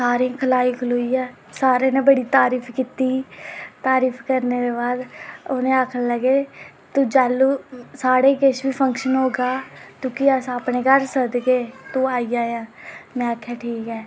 सारें ई खलाइयै सारें नै बड़ी तारीफ कीती तारीफ करने दे बाद उ'नें आखन लगे साढ़े किश बी फंक्शन होगा तुगी अस अपने घर सद्दगे तू साढ़े घर आई जायां में आखेआ ठीक ऐ